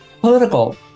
political